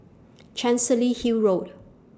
Chancery Hill Road